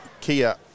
Kia